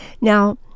Now